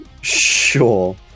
Sure